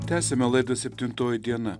tęsiame laida septintoji diena